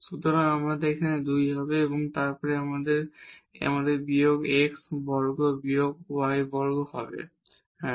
সুতরাং এখানে আমাদের 2 হবে তারপর এখানে আমাদের বিয়োগ x বর্গ বিয়োগ y বর্গ হবে হ্যাঁ